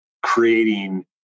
creating